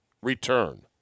return